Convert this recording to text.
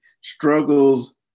Struggles